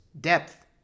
depth